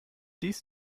dies